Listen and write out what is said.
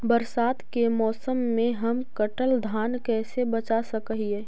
बरसात के मौसम में हम कटल धान कैसे बचा सक हिय?